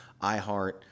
iHeart